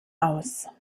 aus